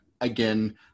again